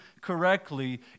correctly